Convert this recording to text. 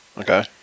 Okay